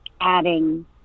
adding